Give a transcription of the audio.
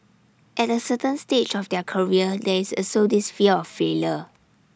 at A certain stage of their career there is also this fear of failure